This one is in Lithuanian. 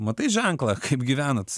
matai ženklą kaip gyvenat